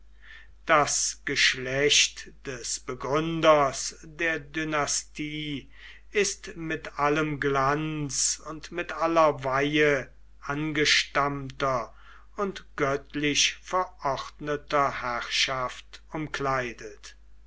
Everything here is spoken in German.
das geschlecht des begründers der dynastie ist mit allem glanz und mit aller weihe angestammter und göttlich verordneter herrschaft umkleidet